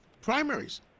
primaries